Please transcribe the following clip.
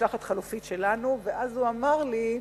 ומשלחת חלופית שלנו, הוא אמר לי: